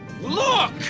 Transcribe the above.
Look